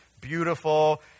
beautiful